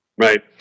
Right